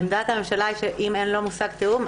עמדת הממשלה היא שאם לא מושג תיאום,